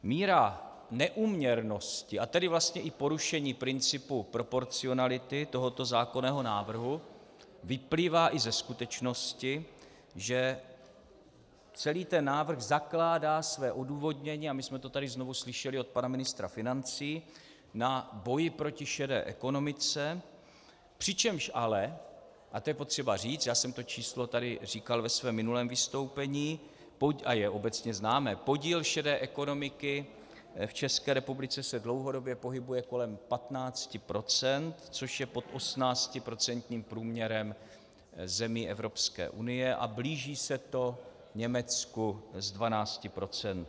Míra neúměrnosti, a tedy vlastně i porušení principu proporcionality tohoto zákonného návrhu vyplývá i ze skutečnosti, že celý návrh zakládá své odůvodnění, a my jsme to tady znovu slyšeli od pana ministra financí, na boji proti šedé ekonomice, přičemž ale, a to je potřeba říct, já jsem to číslo tady říkal ve svém minulém vystoupení a je obecné známé: podíl šedé ekonomiky v České republice se dlouhodobě pohybuje kolem 15 %, což je pod 18% průměrem zemí Evropské unie a blíží se to Německu s 12 %.